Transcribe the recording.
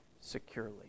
securely